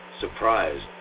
surprised